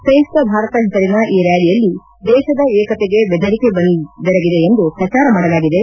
ಸಂಯುಕ್ತ ಭಾರತ ಹೆಸರಿನ ಈ ರ್ಕಾಲಿಯಲ್ಲಿ ದೇಶದ ಏಕತೆಗೆ ಬೆದರಿಕೆ ಬಂದೆರಗಿದೆ ಎಂದು ಪ್ರಚಾರ ಮಾಡಲಾಗಿದೆ